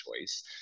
choice